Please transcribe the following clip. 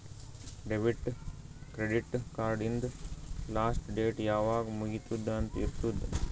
debit, credit card ಹಿಂದ್ last date ಯಾವಾಗ್ ಮುಗಿತ್ತುದ್ ಅಂತ್ ಇರ್ತುದ್